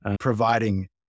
providing